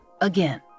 again